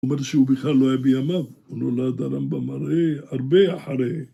הוא אומר לי שהוא בכלל לא היה בימיו, הוא נולד הרמב״ם הרי, הרבה אחרי.